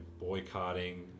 boycotting –